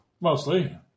Mostly